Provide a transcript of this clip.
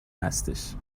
هستش